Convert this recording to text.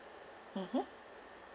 mmhmm